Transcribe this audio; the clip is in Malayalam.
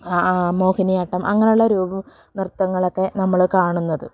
മോഹിനിയാട്ടം അങ്ങനെ ഉള്ള രൂപം നൃത്തങ്ങളൊക്കെ നമ്മൾ കാണുന്നത്